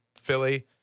Philly